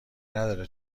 نداره